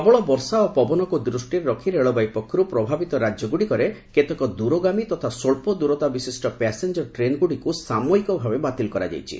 ପ୍ରବଳ ବର୍ଷା ଓ ପବନକୁ ଦୂଷ୍ଟିରେ ରଖି ରେଳବାଇ ପକ୍ଷରୁ ପ୍ରଭାବିତ ରାଜ୍ୟ ଗୁଡ଼ିକରେ କେତେକ ଦୂରଗାମୀ ତଥା ସ୍ୱଚ୍ଚ ଦୂରତା ବିଶିଷ୍ଟ ପାସେଞ୍ଜର ଟ୍ରେନ୍ ଗୁଡ଼ିକୁ ସାମୟିକ ଭାବେ ବାତିଲ କରାଯାଇଛି